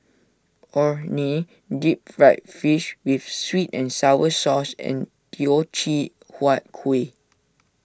Orh Nee Deep Fried Fish with Sweet and Sour Sauce and Teochew Huat Kueh